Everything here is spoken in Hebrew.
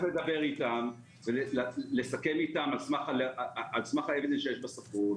לדבר איתם על סמך ה- evidence based שיש בספרות,